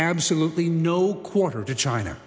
absolutely no quarter to china